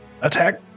attack